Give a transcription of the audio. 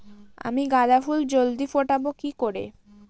আমি গাঁদা ফুল জলদি ফোটাবো কি করে?